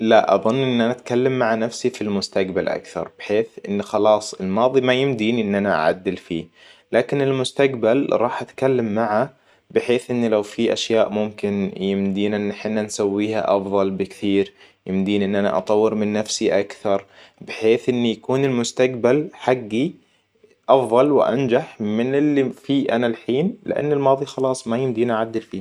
لا أظن إن أنا أتكلم مع نفسي في المستقبل أكثر بحيث إن خلاص الماضي ما يمديني إن أنا أعدل فيه لكن المستقبل راح أتكلم معه بحيث إني لو في اشياء ممكن يمدينا إن حنا نسويها أفضل بكثير يمديني إن أنا أطور من نفسي أكثر بحيث إني يكون المستقبل حقي أفضل وأنجح من اللي في أنا الحين لأن الماضي خلاص ما يمديني أعدل فيه